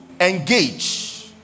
engage